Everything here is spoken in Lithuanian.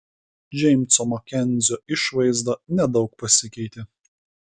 džeimso makenzio išvaizda nedaug pasikeitė